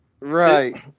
Right